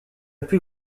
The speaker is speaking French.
plus